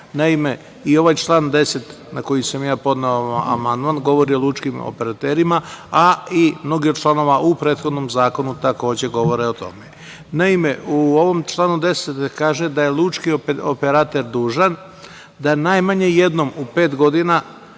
Naime, i ovaj član 10, na koji sam podneo amandman, govori o lučkim operaterima, a i mnogi od članova u prethodnom zakona, takođe, govore o tome. Naime, u ovom članu 10. se kaže da je lučki operater dužan da najmanje jednom u pet godina